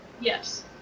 Yes